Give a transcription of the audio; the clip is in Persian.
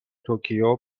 توکیو